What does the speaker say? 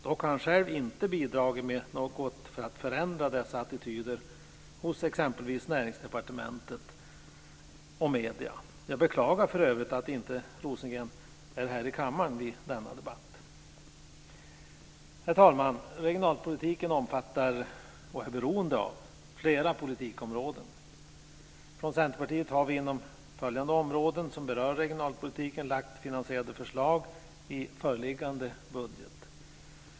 Dock har han själv inte bidragit med något för att förändra dessa attityder hos exempelvis Näringsdepartementet och medierna. Jag beklagar för övrigt att inte Rosengren är här i kammaren under denna debatt. Herr talman! Regionalpolitiken omfattar, och är beroende av, flera politikområden. Från Centerpartiet har vi inom en rad områden, som berör regionalpolitiken, lagt fram finansierade förslag i föreliggande budget.